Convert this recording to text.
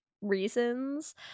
Reasons